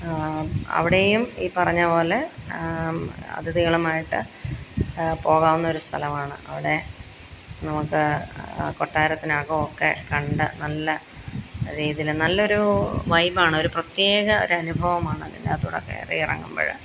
അവിടെയും ഈ പറഞ്ഞപോലെ അതിഥികളുമായിട്ട് പോകാവുന്നൊരു സ്ഥലമാണ് അവിടെ നമുക്ക് കൊട്ടാരത്തിനകമൊക്കെക്കണ്ട് നല്ല രീതിയില് നല്ലൊരു വൈബാണ് ഒരു പ്രത്യേക ഒരനുഭവമാണ് അതിനകത്തുകൂടെ കയറി ഇറങ്ങുമ്പോള്